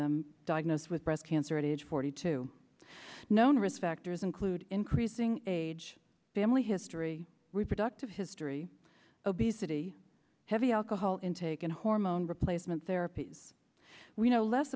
them diagnosed with breast cancer at age forty two known risk factors include increasing age family history reproductive history obesity heavy alcohol intake and hormone replacement therapies we know less